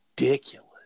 ridiculous